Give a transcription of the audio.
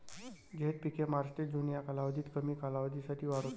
झैद पिके मार्च ते जून या कालावधीत कमी कालावधीसाठी वाढतात